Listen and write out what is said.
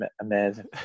amazing